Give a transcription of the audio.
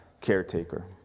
caretaker